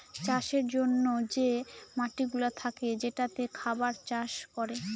চাষের জন্যে যে মাটিগুলা থাকে যেটাতে খাবার চাষ করে